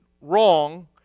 wrong